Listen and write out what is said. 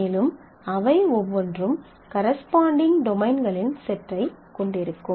மேலும் அவை ஒவ்வொன்றும் கரெஸ்பாண்டிங் டொமைன்களின் செட்டைக் கொண்டிருக்கும்